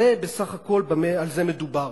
בסך הכול על זה מדובר.